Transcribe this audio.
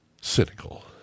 cynical